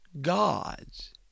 God's